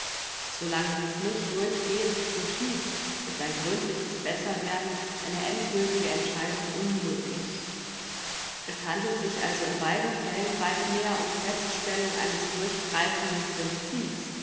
lange dies nicht durchgehends geschieht ist ein gründliches besserwerden eine endgültige entscheidung unmöglich es handelt sich also in beiden fällen weit mehr um feststellung eines durchgreifenden princips